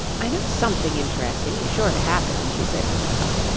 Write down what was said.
i know something interesting is sure to happen she said to herself,